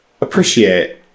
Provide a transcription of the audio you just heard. appreciate